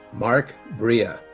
mark breaugh.